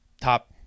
top